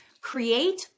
create